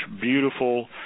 beautiful